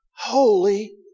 holy